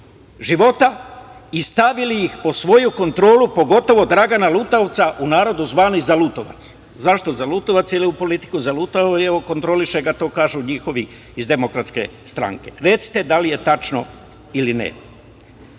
života i stavili ih pod svoju kontrolu, pogotovo Dragana Lutovca, u narodu zvani zalutovac. Zašto zalutovac? Jer je u politiku zalutao i evo, kontroliše ga, to kažu njihovi iz DS. Recite da li je tačno ili